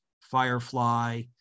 firefly